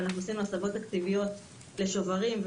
עשינו הסבות תקציביות לשוברים,